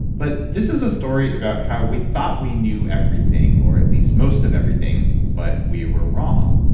but this is a story about how we thought we knew everything or at least most of everything, but we were wrong.